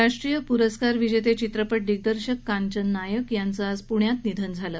राष्ट्रीय पुरस्कार विजेते चित्रपट दिग्दर्शक कांचन नायक यांचं आज पुण्यात निधन झालं